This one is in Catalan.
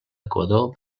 equador